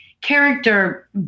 character